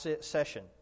session